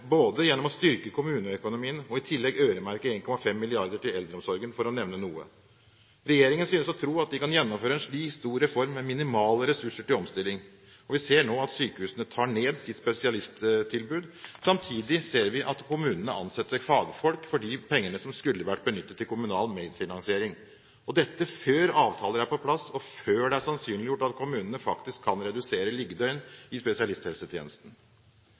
både gjennom å styrke kommuneøkonomien og i tillegg øremerke 1,5 mrd. kr til eldreomsorgen, for å nevne noe. Regjeringen synes å tro at den kan gjennomføre en slik stor reform med minimale ressurser til omstilling. Vi ser nå at sykehusene tar ned sitt spesialisttilbud. Samtidig ser vi at kommunene ansetter fagfolk for de pengene som skulle vært benyttet til kommunal medfinansiering, og dette før avtaler er på plass, og før det er sannsynliggjort at kommunene faktisk kan redusere liggedøgn i spesialisthelsetjenesten.